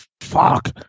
fuck